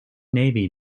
navy